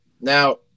Now